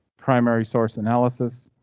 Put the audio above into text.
primary source analysis,